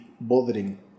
bothering